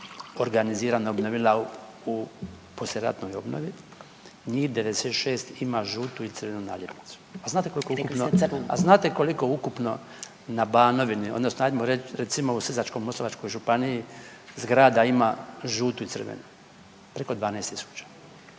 organizirano obnovila u poslijeratnoj obnovi, njih 96 ima žutu i crvenu naljepnicu. A znate koliko ukupno na Banovini odnosno ajmo reć, recimo u Sisačko-moslavačkoj županiji zgrada ima žutu i crvenu? Preko 12.000